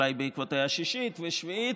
ואולי בעקבותיה שישית ושביעית.